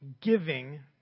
giving